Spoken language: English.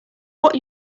what